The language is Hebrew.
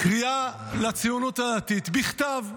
קריאה לציונות הדתית בכתב,